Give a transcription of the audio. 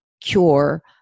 cure